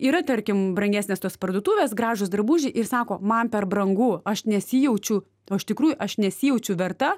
yra tarkim brangesnės tos parduotuvės gražūs drabužiai ir sako man per brangu aš nesijaučiu o iš tikrųjų aš nesijaučiau verta